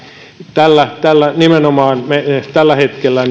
nimenomaan tällä hetkellä